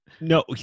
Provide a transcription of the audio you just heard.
No